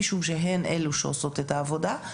משום שהן אלו שעושות את העבודה.